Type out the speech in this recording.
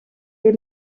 est